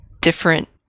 different